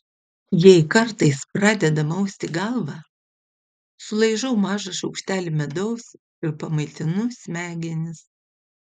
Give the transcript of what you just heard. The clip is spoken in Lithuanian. jei kartais pradeda mausti galvą sulaižau mažą šaukštelį medaus ir pamaitinu smegenis